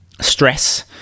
stress